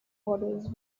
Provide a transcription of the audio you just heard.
orders